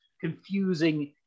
confusing